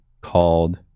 called